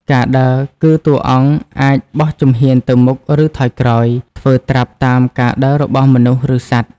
ការដើរគឺ តួអង្គអាចបោះជំហានទៅមុខ ឬថយក្រោយ ធ្វើត្រាប់តាមការដើររបស់មនុស្ស ឬសត្វ។